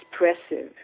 expressive